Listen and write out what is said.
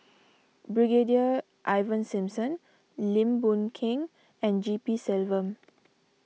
Brigadier Ivan Simson Lim Boon Keng and G P Selvam